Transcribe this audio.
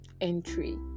entry